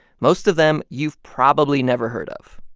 most of them you've probably never heard of.